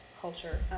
culture